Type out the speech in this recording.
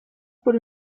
por